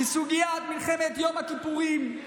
כסוגיית מלחמת יום הכיפורים,